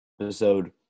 episode